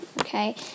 okay